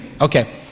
Okay